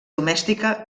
domèstica